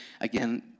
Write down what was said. Again